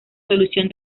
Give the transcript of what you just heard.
solución